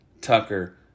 Tucker